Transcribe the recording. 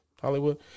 Hollywood